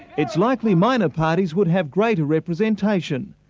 its likely minor parties would have greater representation.